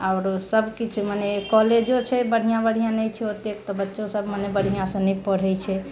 आरो सभ किछु मने कॉलेजो छै बढ़िआँ नहि छै ओते तऽ बच्चो सभ मने बढ़िआँसँ नहि पढ़ैत छै